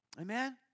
Amen